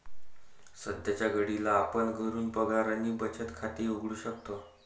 सध्याच्या घडीला आपण घरून पगार आणि बचत खाते उघडू शकतो